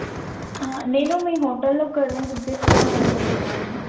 నేను మీ హోటల్లో ఒక రూమ్ బుక్ చేసుకోవాలి అనుకుంటున్నాను